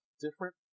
different